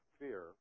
fear